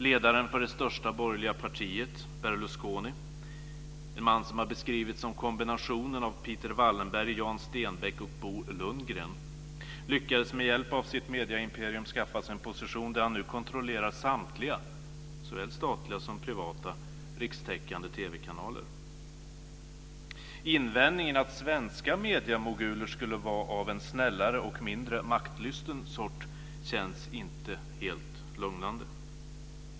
Ledaren för det största borgerliga partiet, Berlusconi - en man som har beskrivits som en kombination av Peter Wallenberg, Jan Stenbeck och Bo Lundgren - lyckades med hjälp av sitt medieimperium skaffa sig en position där han nu kontrollerar samtliga, såväl statliga som privata, rikstäckande TV-kanaler. Invändningen att svenska mediemoguler skulle vara av en snällare och mindre maktlysten sort känns inte helt lugnande.